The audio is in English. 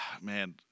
man